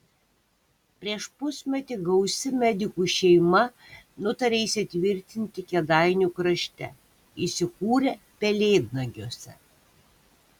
prieš pusmetį gausi medikų šeima nutarė įsitvirtinti kėdainių krašte įsikūrė pelėdnagiuose